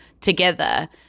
together